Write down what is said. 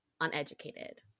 uneducated